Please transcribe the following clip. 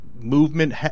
movement